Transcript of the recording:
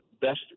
best